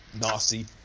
nasty